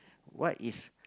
what is